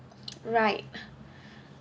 right